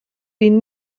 vint